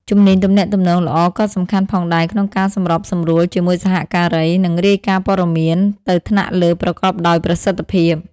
ជំនាញទំនាក់ទំនងល្អក៏សំខាន់ផងដែរក្នុងការសម្របសម្រួលជាមួយសហការី និងរាយការណ៍ព័ត៌មានទៅថ្នាក់លើប្រកបដោយប្រសិទ្ធភាព។